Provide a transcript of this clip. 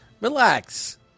Relax